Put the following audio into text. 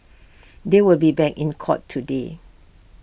they will be back in court today